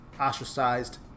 ostracized